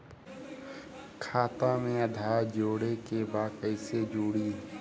खाता में आधार जोड़े के बा कैसे जुड़ी?